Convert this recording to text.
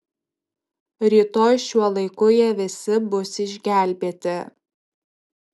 rytoj šiuo laiku jie visi bus išgelbėti